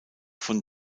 von